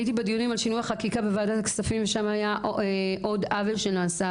הייתי בדיונים על שינוי החקיקה בוועדת הכספים ושם היה עוד עוול שנעשה,